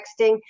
texting